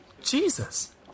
Jesus